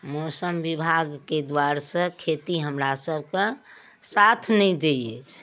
मौसम बिभागके द्वार सँ खेती हमरा सभके साथ नहि दै अछि